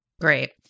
Great